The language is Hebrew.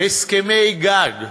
הסכמי גג.